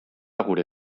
gure